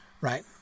right